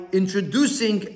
introducing